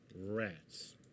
Rats